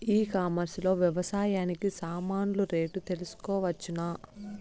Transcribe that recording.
ఈ కామర్స్ లో వ్యవసాయానికి సామాన్లు రేట్లు తెలుసుకోవచ్చునా?